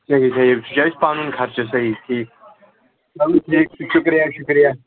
صحیح صحیح سُہ چھُ اَسہِ پَنُن خرچہٕ صحیح ٹھیٖک چلو ٹھیٖک چھُ شُکرِیہ شُکرِیہ